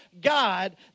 God